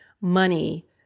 Money